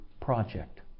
project